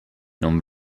non